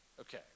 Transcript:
Okay